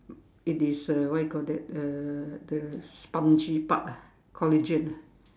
it is a what you called that a the spongy part ah collagen ah